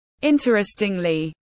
Interestingly